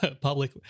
public